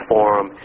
Forum